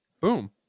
boom